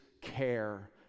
care